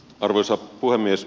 arvoisa puhemies